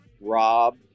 rob